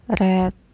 red